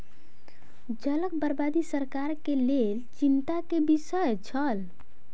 जलक बर्बादी सरकार के लेल चिंता के विषय छल